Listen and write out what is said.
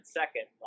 second